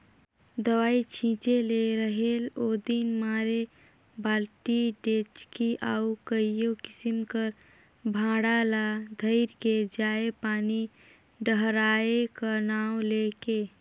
दवई छिंचे ले रहेल ओदिन मारे बालटी, डेचकी अउ कइयो किसिम कर भांड़ा ल धइर के जाएं पानी डहराए का नांव ले के